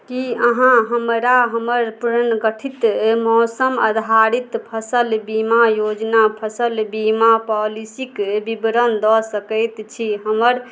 की अहाँ हमरा हमर पुनर्गठित मौसम आधारित फसल बीमा योजना फसल बीमा पॉलिसीक बिबरण दऽ सकैत छी हमर